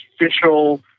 official